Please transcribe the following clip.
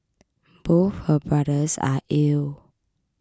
both her brothers are ill